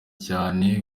cyane